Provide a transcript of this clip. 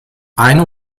eine